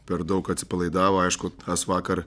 per daug atsipalaidavo aišku tas vakar